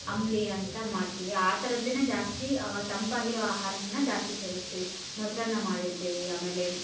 ಅಂಬಲಿ ಅಂತ ಮಾಡ್ತೀವಿ ಆ ಥರದ್ದನ್ನೇ ಜಾಸ್ತಿ ಆವಾಗ ತಂಪಾಗಿರೋ ಆಹಾರವನ್ನು ಜಾಸ್ತಿ ಸೇವಿಸ್ತೀವಿ ಮೊಸರನ್ನ ಮಾಡಿಡ್ತೀವಿ ಆಮೇಲೆ